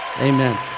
Amen